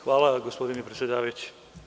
Hvala vam, gospodine predsedavajući.